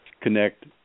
connect